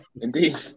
indeed